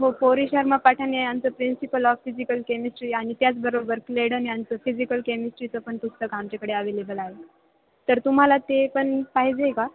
हो पुरी शर्मा पठानिया या यांचं प्रिंसिपल ऑफ फिजिकल केमिट्री आणि त्याचबरोबर लेडर यांचं फिजिकल केमिस्ट्रीचं पण पुस्तक आमच्याकडे अवेलेबल आहे तर तुम्हाला ते पण पाहिजे का